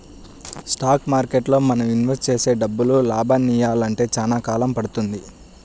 stock మార్కెట్టులో మనం invest చేసే డబ్బులు లాభాలనియ్యాలంటే చానా కాలం పడుతుంది